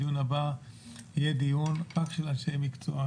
הדיון הבא יהיה דיון רק של אנשי מקצוע,